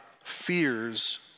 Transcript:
fears